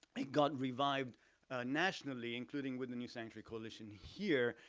it got revived nationally including with the new sanctuary coalition here,